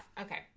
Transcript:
Okay